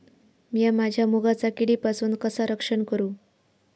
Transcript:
मीया माझ्या मुगाचा किडीपासून कसा रक्षण करू?